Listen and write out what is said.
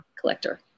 collector